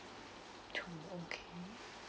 two okay